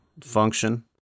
function